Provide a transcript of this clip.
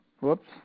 whoops